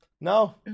no